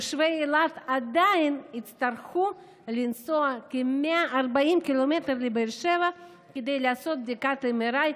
תושבי אילת עדיין יצטרכו לנסוע כ-140 ק"מ לבאר שבע כדי לעשות בדיקת MRI,